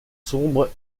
sombre